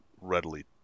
readily